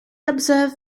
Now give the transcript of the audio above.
observe